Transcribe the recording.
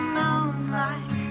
moonlight